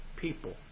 people